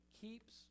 keeps